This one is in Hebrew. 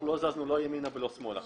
לא זזנו לא ימינה ולא שמאלה.